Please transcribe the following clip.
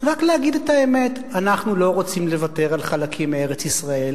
רק להגיד את האמת: אנחנו לא רוצים לוותר על חלקים מארץ-ישראל,